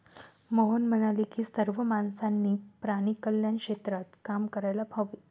मोहन म्हणाले की सर्व माणसांनी प्राणी कल्याण क्षेत्रात काम करायला हवे